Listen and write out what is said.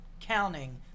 counting